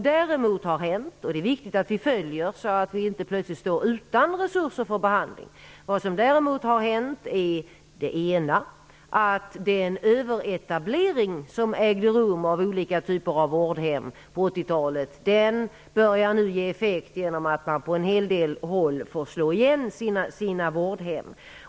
Det är dock viktigt att vi noga följer detta, så att vi plötsligt inte står utan resurser för behandling. Vad som däremot har hänt är för det första att den överetablering av olika typer av vårdhem som ägde rum på 80-talet nu börjar få effekt genom att man på en hel del håll får slå igen sina vårdhem.